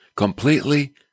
completely